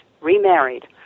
remarried